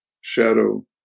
shadow